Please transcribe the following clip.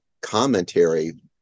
commentary